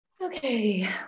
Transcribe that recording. okay